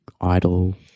idle